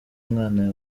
umwana